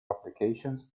applications